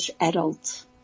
adult